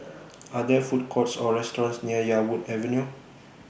Are There Food Courts Or restaurants near Yarwood Avenue